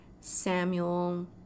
samuel